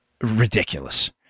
ridiculous